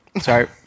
Sorry